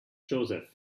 joseph